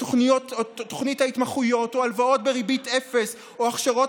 תוכנית ההתמחויות או הלוואות בריבית אפס או הכשרות